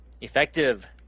Effective